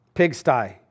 pigsty